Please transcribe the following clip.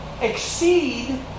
exceed